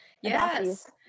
Yes